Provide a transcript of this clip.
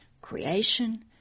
creation